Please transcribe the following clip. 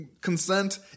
consent